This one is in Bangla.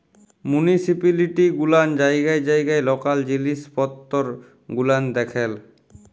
মুনিসিপিলিটি গুলান জায়গায় জায়গায় লকাল জিলিস পত্তর গুলান দেখেল